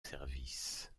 service